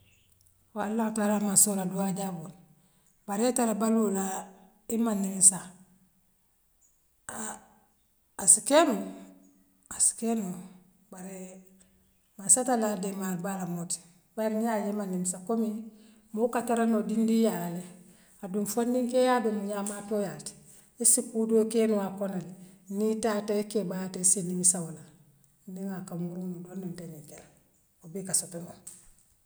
Wo allah aye woo tara maansoo la duaa jaaboole bare ite la baluur la imaŋ ňiniŋ saa hann assi kee noo la assi kee noo la baree mansaa taal la deemaal baa lemu moo ti bare niŋ yaa je m'maŋ sah komii moo ka tara nool dindiŋ yaa le aduŋ foo niŋ keeyaa dunŋee a maa too yaa ti issi kuu doo kee noo akonole nii itaata ye kebaa ate se dimi sa woola niŋ ŋaa ka muru nuŋ dool nenete ňiŋ kela woo bee kaa sotola.